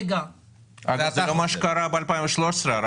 זה לא מה שקרה ב-2013.